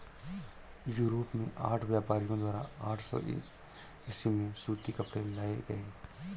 Europe में Arab व्यापारियों द्वारा आठ सौ ईसवी में सूती कपड़े लाए गए